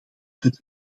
het